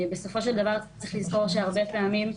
בסופו של דבר צריך לזכור שהרבה פעמים,